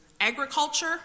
agriculture